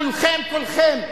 מולכם כולכם,